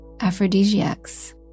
aphrodisiacs